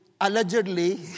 allegedly